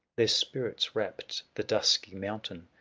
their spirits wrapt the dusky mountain,